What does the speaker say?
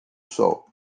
sol